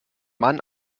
mann